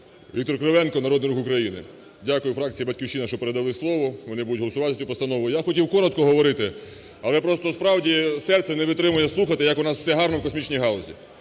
Віктор Кривенко, "Народний рух України". Дякую фракції "Батьківщина", що передали слово, вони будуть голосувати за цю постанову. Я хотів коротко говорити, але просто справді серце не витримує слухати, як у нас все гарно у космічній галузі.